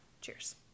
Cheers